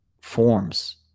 forms